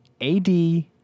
AD